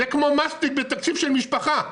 זה כמו מסטיק בתקציב של משפחה.